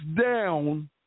down